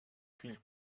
fill